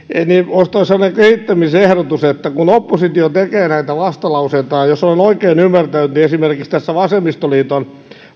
olisi sellainen kehittämisehdotus kun kun oppositio tekee näitä vastalauseitaan jos olen oikein ymmärtänyt niin esimerkiksi tässä vasemmistoliiton